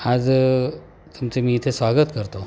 आज तुमचे मी इथे स्वागत करतो